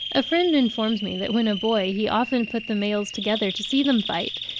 a friend informs me that when a boy he often put the males together to see them fight,